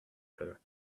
her